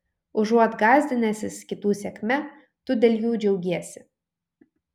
užuot gąsdinęsis kitų sėkme tu dėl jų džiaugiesi